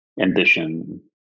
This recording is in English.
ambition